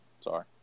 Sorry